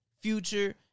Future